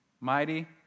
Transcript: mighty